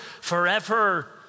forever